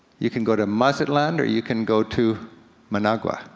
you can go to musset land or you can go to managua.